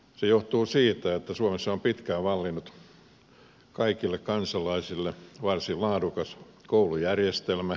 se johtuu siitä että suomessa on pitkään vallinnut kaikille kansalaisille varsin laadukas koulujärjestelmä